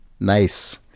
Nice